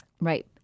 right